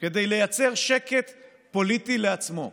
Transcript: כדי לייצר שקט פוליטי לעצמו.